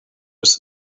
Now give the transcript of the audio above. was